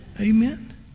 Amen